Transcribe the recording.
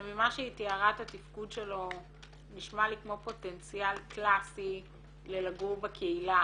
שממה שהיא תיארה את התפקוד שלו נשמע לי כמו פוטנציאל קלאסי לגור בקהילה,